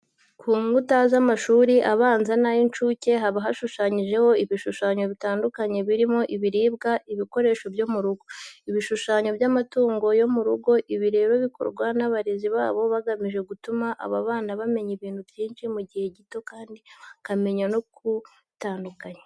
Ku nkuta z'amashuri abanza n'ay'incuke haba hashushanyijeho ibishushanyo bitandukanye birimo ibiribwa, ibikoresho byo mu rugo, ibishushanyo by'amatungo yo mu rugo. Ibi rero bikorwa n'abarezi babo bagamije gutuma aba bana bamenya ibintu byinshi, mu gihe gito kandi bakamenya no kubitandukanya.